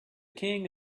king